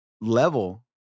level